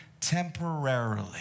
temporarily